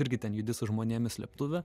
irgi ten judi su žmonėm į slėptuvę